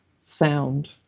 sound